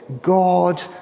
God